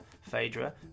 Phaedra